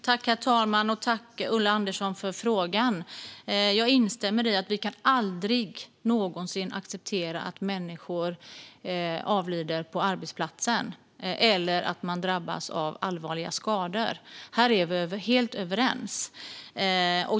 Herr talman! Jag tackar Ulla Andersson för frågan. Jag instämmer i att vi aldrig någonsin kan acceptera att människor avlider på arbetsplatsen eller drabbas av allvarliga skador där. Här är vi helt överens.